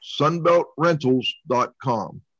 SunbeltRentals.com